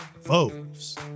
Foes